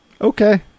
Okay